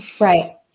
Right